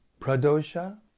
Pradosha